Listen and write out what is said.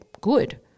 good